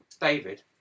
David